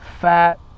Fat